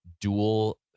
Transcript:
dual